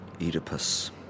Oedipus